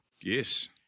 Yes